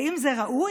האם זה ראוי?